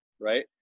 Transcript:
right